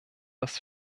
das